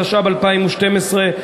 התשע"ב 2012,